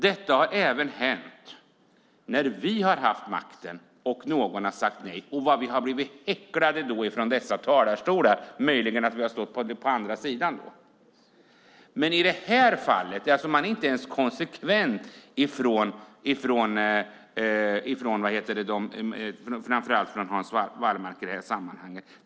Det har även hänt när vi har haft makten att någon har sagt nej. Då har vi blivit häcklade från dessa talarstolar. Vi har möjligen stått på andra sidan då. I det här fallet är framför allt inte Hans Wallmark konsekvent.